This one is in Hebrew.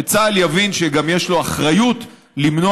שצה"ל גם יבין שיש לו אחריות למנוע